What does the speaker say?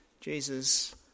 Jesus